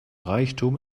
reichtum